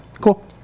cool